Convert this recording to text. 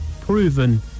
proven